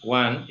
one